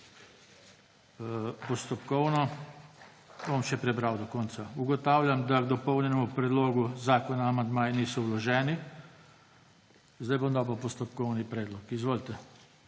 Postopkovno. Bom še prebral do konca. Ugotavljam, da k dopolnjenemu predlogu zakona amandmaji niso vloženi. Zdaj bom pa dal postopkovni predlog. Izvolite.